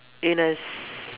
in a s~